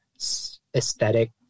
aesthetic